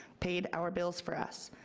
paid our bills for us,